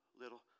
little